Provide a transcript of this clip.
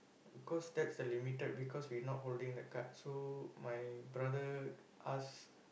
because that's the limited because we not holding the card so my brother ask